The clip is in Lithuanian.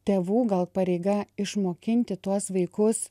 tėvų gal pareiga išmokinti tuos vaikus